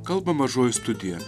kalba mažoji studija